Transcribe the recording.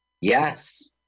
Yes